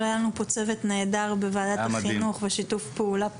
סך הכול היה לנו פה צוות נהדר בוועדת החינוך ושיתוף פעולה פורה.